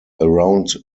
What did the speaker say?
around